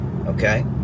Okay